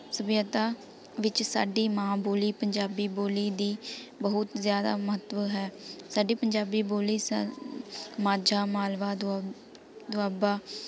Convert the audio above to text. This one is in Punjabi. ਸੱਭਿਅਤਾ ਵਿੱਚ ਸਾਡੀ ਮਾਂ ਬੋਲੀ ਪੰਜਾਬੀ ਬੋਲੀ ਦੀ ਬਹੁਤ ਜ਼ਿਆਦਾ ਮਹੱਤਵ ਹੈ ਸਾਡੀ ਪੰਜਾਬੀ ਬੋਲੀ ਸਾ ਮਾਝਾ ਮਾਲਵਾ ਦੁਆ ਦੁਆਬਾ